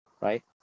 right